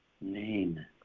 Name